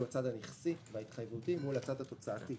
הצד הנכסי ההתחייבותי מול הצד התוצאתי.